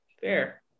Fair